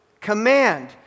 command